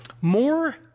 More